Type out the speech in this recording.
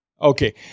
Okay